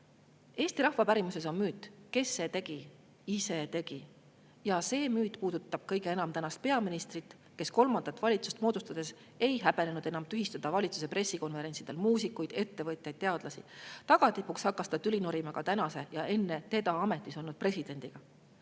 Eesti rahvapärimuses on müüt: "Kes see tegi? Ise tegi." Ja see müüt puudutab kõige enam tänast peaministrit, kes kolmandat valitsust moodustades ei häbenenud enam tühistada valitsuse pressikonverentsidel muusikuid, ettevõtjaid ja teadlasi. Tagatipuks hakkas ta tüli norima ka praeguse ja enne teda ametis olnud presidendiga,